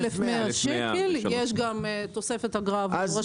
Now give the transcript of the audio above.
1,100 שקל, יש גם תוספת אגרה עבור רשות השידור.